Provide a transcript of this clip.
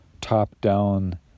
top-down